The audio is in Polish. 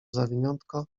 zawiniątko